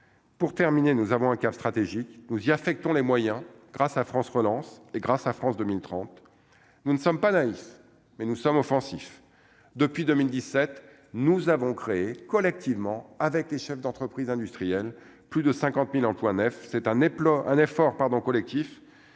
Pour terminer, nous avons un cap stratégique nous y affectant les moyens grâce à France relance et grâce à France 2030, nous ne sommes pas naïfs, mais nous sommes offensifs depuis 2017, nous avons créé collectivement avec les chefs d'entreprises industrielles, plus de 50000 emplois neuf c'est un implant